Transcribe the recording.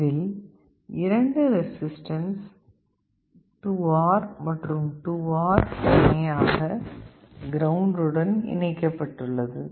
இதில் 2 resistance 2R மற்றும் 2R இணையாக கிரவுண்ட் உடன் இணைக்கப்பட்டுள்ளது